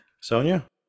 Sonia